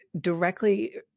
directly